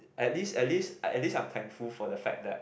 at least at least at least I'm thankful for the fact that